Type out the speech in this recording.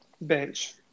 bench